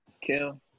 Kill